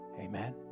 Amen